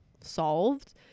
solved